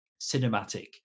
cinematic